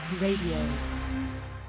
Radio